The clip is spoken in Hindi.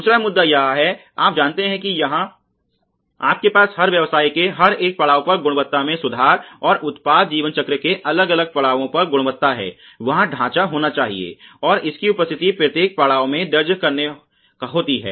दूसरा मुद्दा यह है आप जानते है कि जहां आपके पास हर व्यवसाय के हर एक पड़ाव पर गुणवत्ता में सुधार और उत्पाद जीवन चक्र के अलग अलग पड़ावो पर गुणवत्ता है वहां ढांचा होना चाहिए और इसकी उपस्थिति प्रत्येक पड़ाव में दर्ज करनी होती है